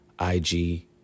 IG